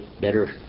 better